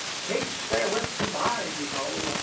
cakes therewith to buy ye know,